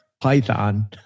Python